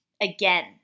again